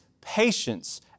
patience